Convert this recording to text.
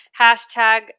hashtag